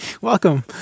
Welcome